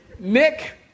Nick